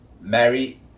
Mary